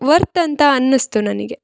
worth ಅಂತ ಅನ್ನಿಸ್ತು ನನಗೆ